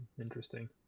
Interesting